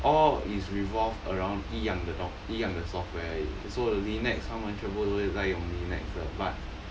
all is revolved around 一样的一样的 software so linux 他们全部都在用 linux 的 but